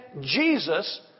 Jesus